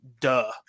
duh